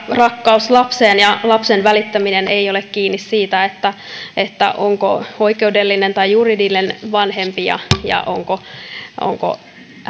rakkaus lapseen ja lapsesta välittäminen eivät ole kiinni siitä onko juridinen vanhempi tai onko